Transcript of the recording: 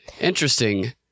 Interesting